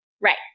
Right